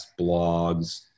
blogs